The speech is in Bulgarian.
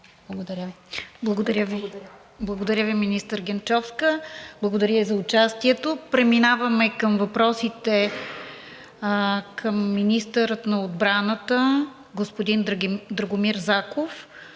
КИРОВА: Благодаря Ви, министър Генчовска. Благодаря и за участието. Преминаваме към въпросите към министъра на отбраната господин Драгомир Заков.